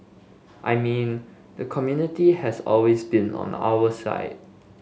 I mean the community has always been on our side